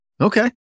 Okay